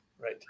right